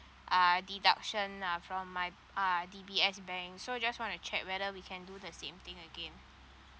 uh deduction uh from my uh D_B_S bank so just want to check whether we can do the same thing again